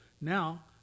Now